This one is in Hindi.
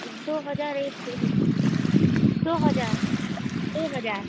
दो हजार एक दो लो दो हजार दो हजार